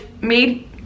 made